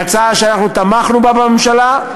היא הצעה שאנחנו תמכנו בה בממשלה,